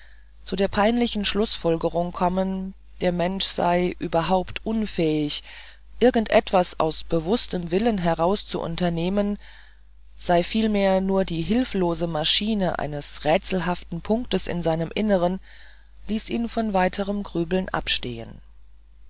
zu der peinlichen schlußfolgerung kommen der mensch sei überhaupt unfähig irgend etwas aus bewußtem willen heraus zu unternehmen sei vielmehr nur die hilflose maschine eines rätselhaften punktes in seinem inneren ließ ihn von weiterem grübeln abstehen